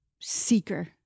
seeker